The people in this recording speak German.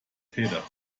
täter